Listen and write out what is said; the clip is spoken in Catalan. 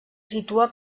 situa